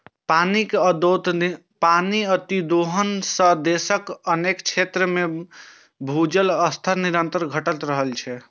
पानिक अतिदोहन सं देशक अनेक क्षेत्र मे भूजल स्तर निरंतर घटि रहल छै